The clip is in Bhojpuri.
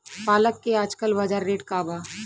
पालक के आजकल बजार रेट का बा?